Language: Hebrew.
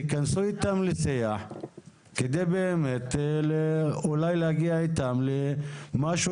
תיכנסו איתם לשיח כדי באמת אולי להגיע איתם למשהו